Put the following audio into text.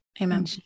Amen